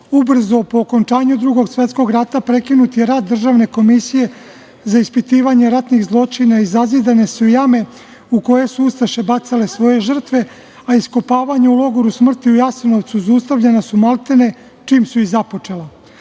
ubrzo po okončanju Drugog svetskog rata prekinut je rad Državne komisije za ispitivanje ratnih zločina i zazidane su jame u koje su ustaše bacale svoje žrtve, a iskopavanja u logoru smrti Jasenovcu zaustavljena su, maltene čim su i započela.